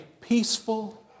peaceful